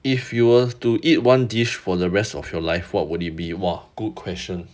if you were to eat one dish for the rest of your life what would it be !wah! good question